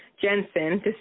jensen